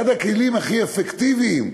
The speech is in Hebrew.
אחד הכלים הכי אפקטיביים,